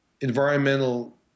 environmental